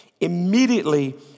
Immediately